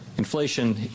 Inflation